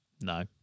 No